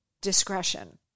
Discretion